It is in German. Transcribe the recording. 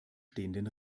stehenden